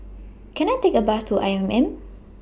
Can I Take A Bus to I M M